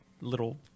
little